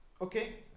Okay